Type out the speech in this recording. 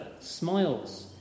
smiles